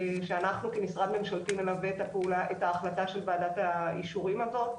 שאנחנו כמשרד ממשלתי מלווה את ההחלטה של ועדת האישורים הזאת.